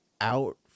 out